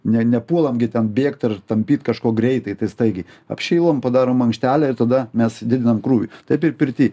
ne nepuolam gi ten bėgt ir tampyt kažko greitai tai staigiai apšylam padarom mankštelę ir tada mes didinam krūvį taip ir pirty